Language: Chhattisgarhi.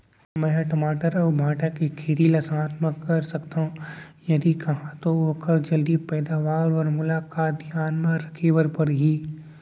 का मै ह टमाटर अऊ भांटा के खेती ला साथ मा कर सकथो, यदि कहाँ तो ओखर जलदी पैदावार बर मोला का का धियान मा रखे बर परही?